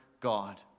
God